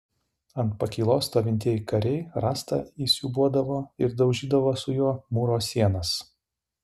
ant pakylos stovintieji kariai rąstą įsiūbuodavo ir daužydavo su juo mūro sienas